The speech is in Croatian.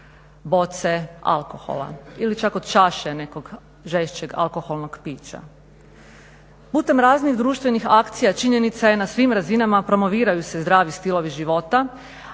boce alkohola ili čak od čaše nekog alkoholnog pića. Putem raznih društvenih akcija činjenica je na svim razinama promoviraju se zdravi stilovi života,